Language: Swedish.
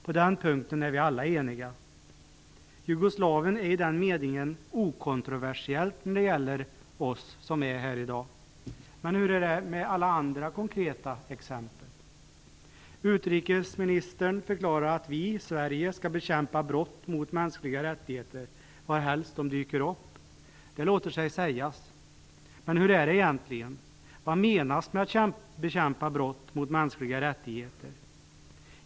På den punkten är vi alla eniga. Jugoslavien är i den meningen okontroversiellt när det gäller oss som är här i dag. Men hur är det med alla andra konkreta exempel? Utrikesministern förklarar att vi, Sverige, skall bekämpa brott mot mänskliga rättigheter varhelst de dyker upp. Det låter sig sägas. Men hur är det egentligen? Vad menas med att bekämpa brott mot mänskliga rättigheter?